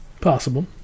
Possible